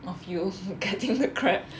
of you getting the crab